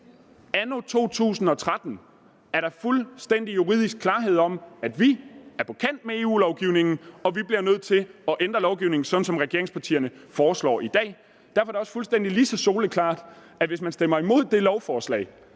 Anno 2013 er der fuldstændig juridisk klarhed om, at vi er på kant med EU-lovgivningen, og at vi bliver nødt til at ændre lovgivningen, sådan som regeringspartierne foreslår i dag. Derfor er det også fuldstændig lige så soleklart, at hvis man stemmer imod det lovforslag,